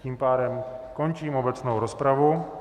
Tím pádem končím obecnou rozpravu.